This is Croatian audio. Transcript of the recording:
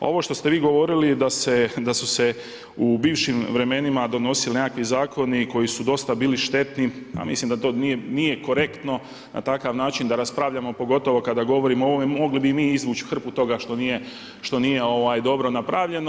A ovo što ste vi govorili da su se u bivšim vremenima donosili neki zakoni koji su dosta bili štetni, a mislim da to nije korektno na takav način da raspravljamo pogotovo kada govorimo o ovome, mogli bi mi izvući hrpu toga što nije dobro napravljeno.